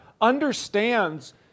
understands